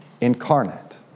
incarnate